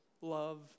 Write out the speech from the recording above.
love